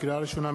לקריאה ראשונה,